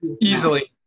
easily